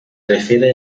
refiere